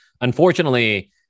Unfortunately